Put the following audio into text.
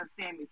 Sammy